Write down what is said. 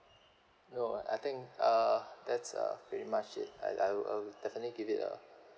no I think uh that's uh pretty much it I'll I'll I'll definitely give it a